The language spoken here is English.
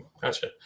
Gotcha